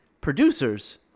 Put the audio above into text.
producers